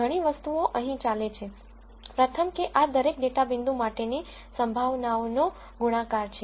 ઘણી વસ્તુઓ અહીં ચાલે છે પ્રથમ કે આ દરેક ડેટા પોઇન્ટ માટેની સંભાવનાઓ નો ગુણાકાર છે